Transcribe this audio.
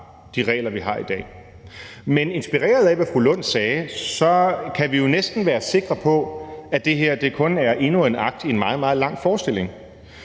de regler, vi har i dag. Men inspireret af, hvad fru Rosa Lund sagde, kan vi jo næsten være sikre på, at det her kun er endnu en akt i en meget, meget lang forestilling.